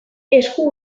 esku